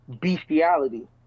bestiality